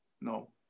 No